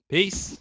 Peace